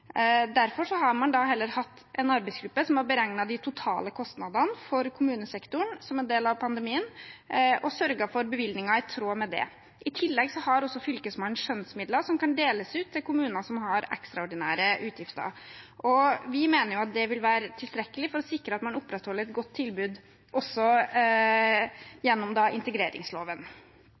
Derfor har man heller hatt en arbeidsgruppe som har beregnet de totale kostnadene for kommunesektoren som en del av pandemien, og sørget for bevilgninger i tråd med det. I tillegg har også fylkesmannen skjønnsmidler som kan deles ut til kommuner som har ekstraordinære utgifter. Vi mener at det vil være tilstrekkelig for å sikre at man opprettholder et godt tilbud, også gjennom integreringsloven.